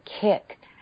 kick